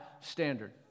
standard